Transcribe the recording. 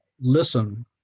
listen